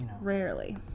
Rarely